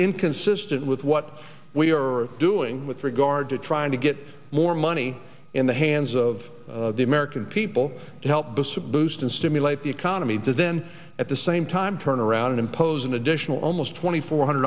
inconsistent with what we were doing with regard to trying to get more money in the hands of the american people to help disabused and stimulate the economy to then at the same time turn around and impose an additional almost twenty four hundred